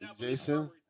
Jason